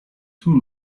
too